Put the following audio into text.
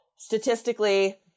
Statistically